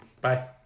Bye